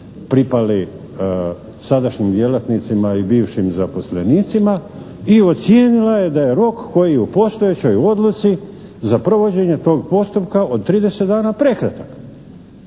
pripali sadašnjim djelatnicima i bivšim zaposlenicima i ocijenila je da je u rok koji je u postojećoj odluci za provođenje tog postupka od 30 dana prekratak.